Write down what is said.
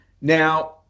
Now